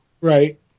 Right